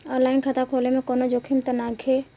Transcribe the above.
आन line खाता खोले में कौनो जोखिम त नइखे?